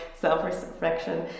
self-reflection